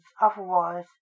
Otherwise